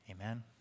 Amen